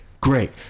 Great